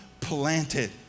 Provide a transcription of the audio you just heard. planted